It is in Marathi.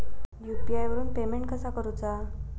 यू.पी.आय वरून पेमेंट कसा करूचा?